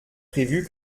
prévu